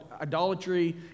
idolatry